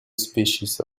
species